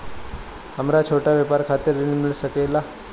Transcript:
हमरा छोटा व्यापार खातिर ऋण मिल सके ला?